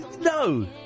No